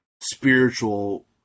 spiritual